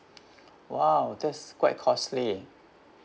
!wow! that's quite costly